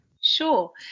Sure